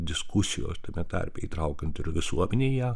diskusijos tame tarpe įtraukiant ir visuomenę į ją